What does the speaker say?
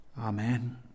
Amen